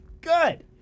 good